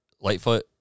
Lightfoot